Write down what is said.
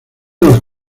los